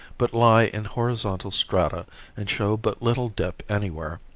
but lie in horizontal strata and show but little dip anywhere.